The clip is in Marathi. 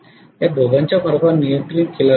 या दोघांच्या फरकावर नियंत्रित केला जातो